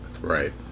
Right